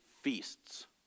feasts